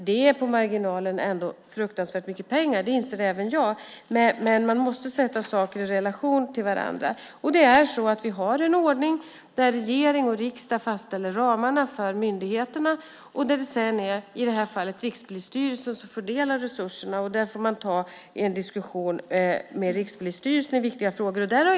Det är på marginalen fruktansvärt mycket pengar - det inser även jag - men man måste sätta saker i relation till varandra. Vi har en ordning där regering och riksdag fastställer ramarna för myndigheterna, och sedan är det i det här fallet Rikspolisstyrelsen som fördelar resurserna. Där får man ta en diskussion med Rikspolisstyrelsen i viktiga frågor.